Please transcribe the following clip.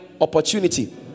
opportunity